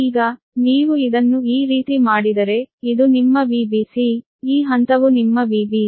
ಈಗ ನೀವು ಇದನ್ನು ಈ ರೀತಿ ಮಾಡಿದರೆ ಇದು ನಿಮ್ಮVbc ಈ ಹಂತವು ನಿಮ್ಮ Vbc